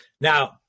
Now